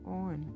on